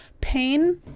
pain